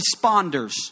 responders